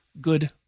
good